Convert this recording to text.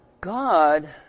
God